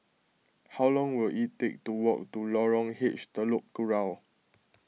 how long will it take to walk to Lorong H Telok Kurau